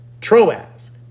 Troas